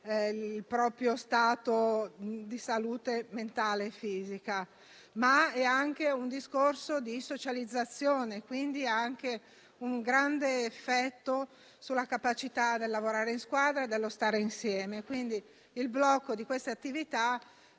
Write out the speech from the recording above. il proprio stato di salute mentale e fisica, ma coinvolge anche un discorso di socializzazione con un grande effetto sulla capacità di lavorare in squadra e stare insieme. Il blocco di queste attività